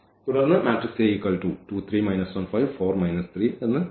തുടർന്ന് കിട്ടുന്നു